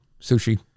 Sushi